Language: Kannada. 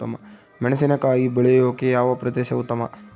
ಮೆಣಸಿನಕಾಯಿ ಬೆಳೆಯೊಕೆ ಯಾವ ಪ್ರದೇಶ ಉತ್ತಮ?